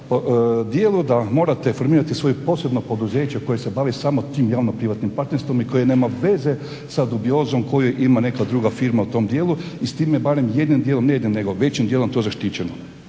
da … morate formirati svoje posebno poduzeće koje se bavi samo tim javno privatnim partnerstvom i koje nema veze sa dubiozom koju ima neka druga firma u tom dijelu i s tim barem većim dijelom to zaštićeno.